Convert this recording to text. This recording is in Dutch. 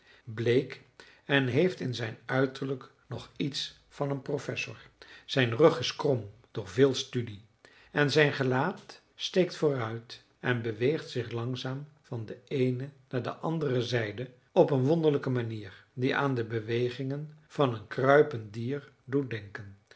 bleek en heeft in zijn uiterlijk nog iets van een professor zijn rug is krom door veel studie en zijn gelaat steekt vooruit en beweegt zich langzaam van de eene naar de andere zijde op een wonderlijke manier die aan de bewegingen van een kruipend dier doet denken